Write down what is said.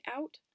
out